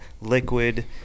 liquid